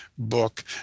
book